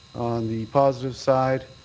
on the positive side,